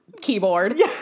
keyboard